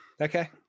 Okay